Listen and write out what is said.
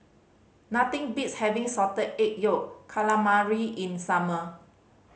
nothing beats having Salted Egg Yolk Calamari in summer